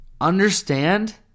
Understand